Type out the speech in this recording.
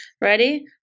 Ready